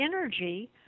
energy